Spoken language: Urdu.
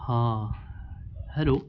ہاں ہیلو